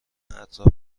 اطراف